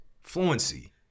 fluency